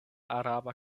araba